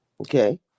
okay